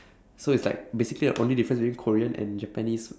so it's like basically the only difference between korean and japanese